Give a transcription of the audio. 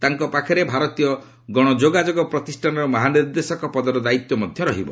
ତାଙ୍କ ପାଖରେ ଭାରତୀୟ ଗଣଯୋଗାଯୋଗ ପ୍ରତିଷ୍ଠାନର ମହାନିର୍ଦ୍ଦେଶକ ପଦର ଦାୟିତ୍ୱ ମଧ୍ୟ ରହିବ